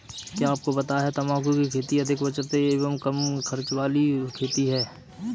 क्या आपको पता है तम्बाकू की खेती अधिक बचत एवं कम खर्च वाली खेती है?